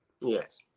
yes